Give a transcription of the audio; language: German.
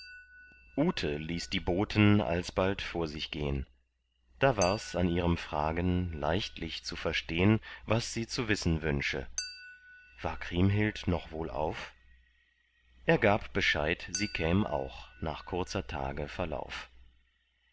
ute ließ die boten alsbald vor sich gehn da wars an ihrem fragen leichtlich zu verstehn was sie zu wissen wünsche war kriemhild noch wohlauf er gab bescheid sie käm auch nach kurzer tage verlauf